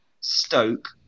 Stoke